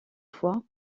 fois